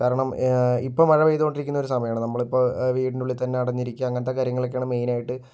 കാരണം ഇപ്പോ മഴ പെയ്തുകൊണ്ടിരിക്കുന്ന ഒരു സമയമാണ് നമ്മളിപ്പൊ വീടിനുള്ളിൽത്തന്നെ അടഞ്ഞിരിക്കുക അങ്ങനത്തെ കാര്യങ്ങളൊക്കെയാണ് മെയിനായിട്ട്